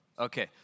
Okay